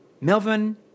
Melvin